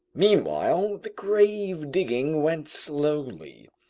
meanwhile the grave digging went slowly.